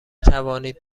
توانید